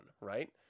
right